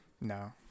No